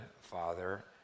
father